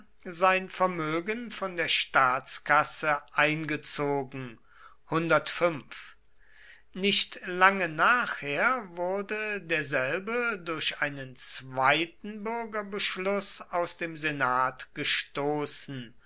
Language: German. sein vermögen von der staatskasse eingezogen nicht lange nachher wurde derselbe durch einen zweiten bürgerschluß aus dem senat gestoßen